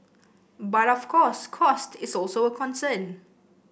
but of course cost is also a concern